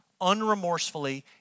unremorsefully